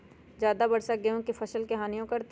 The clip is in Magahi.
ज्यादा वर्षा गेंहू के फसल के हानियों करतै?